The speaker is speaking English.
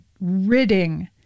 ridding